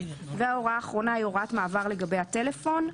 וההוראה האחרונה היא הוראת מעבר לגבי הטלפון,